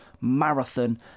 marathon